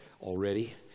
already